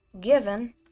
given